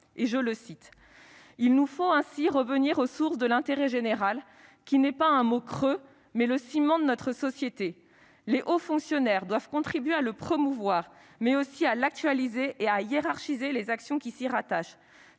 Conseil d'État :« Il nous faut ainsi revenir aux sources de l'intérêt général, qui n'est pas un mot creux, mais le ciment de notre société. Les hauts fonctionnaires doivent contribuer à le promouvoir, mais aussi à l'actualiser et à hiérarchiser les actions qui s'y rattachent.